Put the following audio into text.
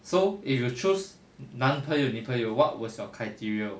so if you choose 男朋友女朋友 what was your criteria